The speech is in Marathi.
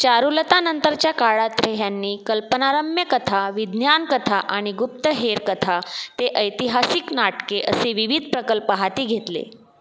चारुलतानंतरच्या काळात रे ह्यांनी कल्पनारम्य कथा विज्ञानकथा आणि गुप्तहेर कथा ते ऐतिहासिक नाटके असे विविध प्रकल्प हाती घेतले